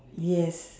yes